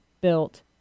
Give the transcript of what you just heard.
built